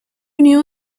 knew